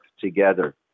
together